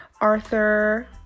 Arthur